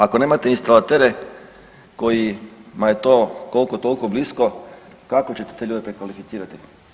Ako nemate instalatere kojima je to koliko toliko blisko kako ćete te ljude prekvalificirati?